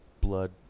blood